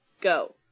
go